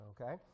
okay